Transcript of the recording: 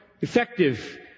effective